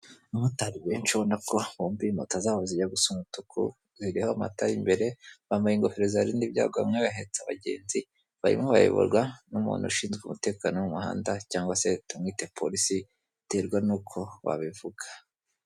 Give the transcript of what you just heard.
Abamotari benshi babona ko bombi mota zabo zijya gusa umutuku, zigira amata imbere, bambaye ingofero zaribarinda ibyago, bamwe bahetse abagenzi barimo bayoborwa n'umuntu ushinzwe umutekano wo mu muhanda, cyangwa se tumwite polisi, biterwa n'uko ubivuga.